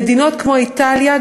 במדינות כמו איטליה,